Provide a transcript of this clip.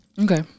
Okay